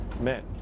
men